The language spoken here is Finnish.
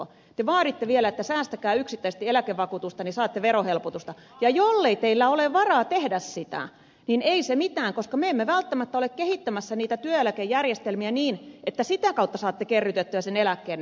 te vaaditte vielä että säästäkää yksityistä eläkevakuutusta niin saatte verohelpotusta ja jollei teillä ole varaa tehdä sitä niin ei se mitään koska me emme välttämättä ole kehittämässä niitä työeläkejärjestelmiä niin että sitä kautta saatte kerrytettyä sen eläkkeenne